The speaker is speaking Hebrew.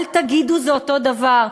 אל תגידו "זה אותו דבר".